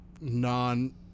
non